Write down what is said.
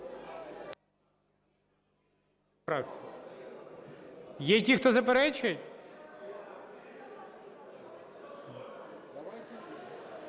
Є ті, хто заперечують?